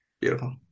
Beautiful